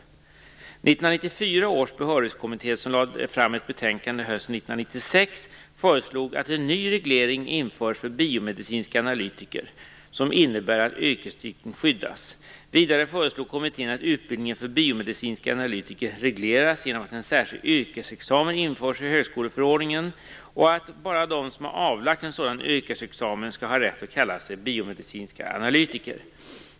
1994 års behörighetskommitté, som lade fram ett betänkande hösten 1996, föreslog att en ny reglering införs för biomedicinska analytiker som innebär att yrkestiteln skyddas. Vidare föreslog kommittén att utbildningen för biomedicinska analytiker regleras genom att en särskild yrkesexamen införs i högskoleförordningen och att bara de som har avlagt en sådan yrkesexamen skall ha rätt att kalla sig biomedicinska analytiker.